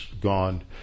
gone